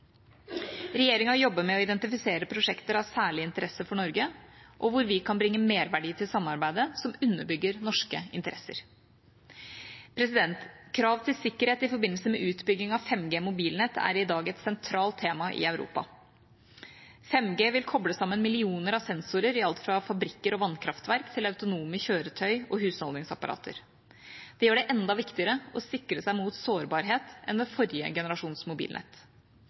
Regjeringa jobber med å identifisere prosjekter av særlig interesse for Norge, og hvor vi kan bringe merverdi til samarbeidet som underbygger norske interesser. Krav til sikkerhet i forbindelse med utbygging av 5G-mobilnett er i dag et sentralt tema i Europa. 5G vil koble sammen millioner av sensorer i alt fra fabrikker og vannkraftverk til autonome kjøretøy og husholdningsapparater. Det gjør det enda viktigere å sikre seg mot sårbarhet enn ved forrige generasjons mobilnett.